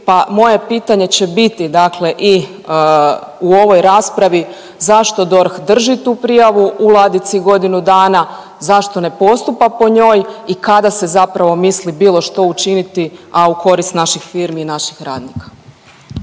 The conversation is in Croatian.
moje pitanje će biti dakle, i u ovoj raspravi, zašto DORH drži tu prijavu u ladici godinu dana, zašto ne postupa po njoj i kada se zapravo misli bilo što učiniti, a u korist naših firmi i naših radnika?